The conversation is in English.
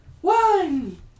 one